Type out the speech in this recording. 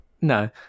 No